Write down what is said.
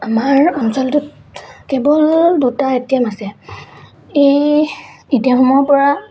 আমাৰ অঞ্চলটোত কেৱল দুটা এ টি এম আছে এই এ টি এমসমূহৰ পৰা